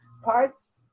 Parts